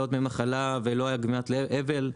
לא דמי מחלה ולא דמי אבל.